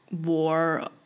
war